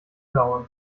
dauern